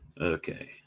Okay